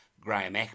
Graham